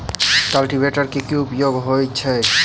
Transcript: Cultivator केँ की उपयोग छैक?